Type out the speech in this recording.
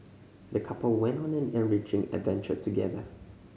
the couple went on an enriching adventure together